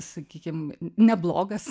sakykim neblogas